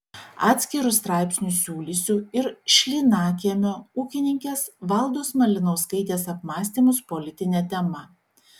atskiru straipsniu siūlysiu ir šlynakiemio ūkininkės valdos malinauskaitės apmąstymus politine tema